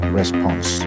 response